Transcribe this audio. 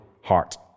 heart